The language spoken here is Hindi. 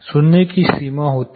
सुनने की सीमा होती है